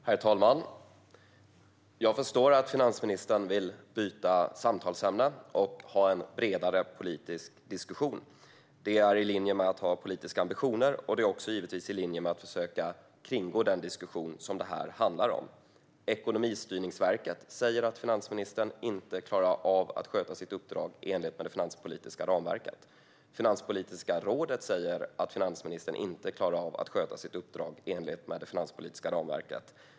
Herr talman! Jag förstår att finansministern vill byta samtalsämne och ha en bredare politisk diskussion. Det är i linje med att ha politiska ambitioner, och det är också givetvis i linje med att försöka kringgå den diskussion som det här handlar om. Ekonomistyrningsverket säger att finansministern inte klarar av att sköta sitt uppdrag i enlighet med det finanspolitiska ramverket. Finanspolitiska rådet säger att finansministern inte klarar av att sköta sitt uppdrag i enlighet med det finanspolitiska ramverket.